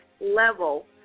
level